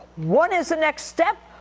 what is the next step?